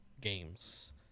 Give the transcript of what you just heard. games